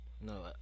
No